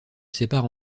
sépare